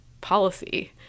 policy